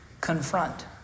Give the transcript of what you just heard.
confront